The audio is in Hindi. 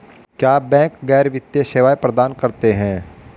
क्या बैंक गैर वित्तीय सेवाएं प्रदान करते हैं?